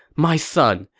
my son,